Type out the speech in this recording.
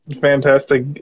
Fantastic